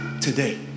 today